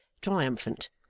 triumphant